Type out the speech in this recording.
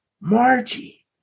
Margie